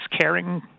caring